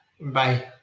Bye